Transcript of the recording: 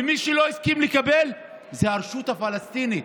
ומי שלא הסכים לקבל זה הרשות הפלסטינית.